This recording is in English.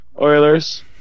Oilers